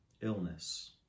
illness